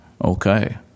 Okay